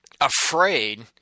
afraid